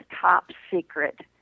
top-secret